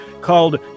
called